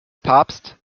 papst